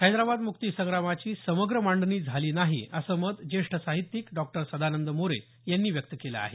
हैद्राबाद मुक्तिसंग्रामाची समग्र मांडणी झाली नाही असं मत ज्येष्ठ साहित्यिक डॉक्टर सदानंद मोरे यांनी व्यक्त केलं आहे